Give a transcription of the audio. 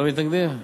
לבילסקי לא מתנגדים?